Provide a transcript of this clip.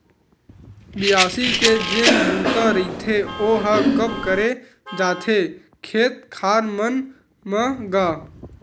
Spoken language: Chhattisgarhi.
बियासी के जेन बूता रहिथे ओहा कब करे जाथे खेत खार मन म गा?